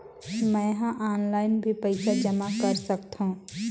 मैं ह ऑनलाइन भी पइसा जमा कर सकथौं?